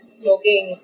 smoking